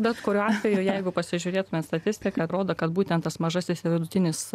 bet kuriuo atveju jeigu pasižiūrėtumėt statistiką atrodo kad būtent tas mažasis vidutinis